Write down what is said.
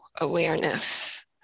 awareness